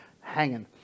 hanging